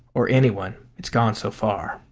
or anyone it's gone so far.